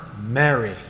Mary